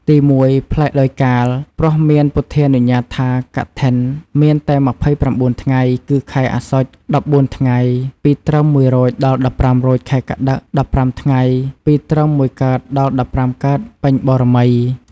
ទីមួយ ប្លែកដោយកាល ព្រោះមានពុទ្ធានុញ្ញាតថា កឋិនមានតែ២៩ថ្ងៃ គឺខែអស្សុជ ១៤ថ្ងៃ ពីត្រឹម១រោច ដល់១៥រោច ខែកត្តិក ១៥ថ្ងៃ ពីត្រឹម១កើត ដល់១៥កើត ពេញបូណ៌មី។